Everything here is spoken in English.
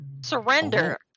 Surrender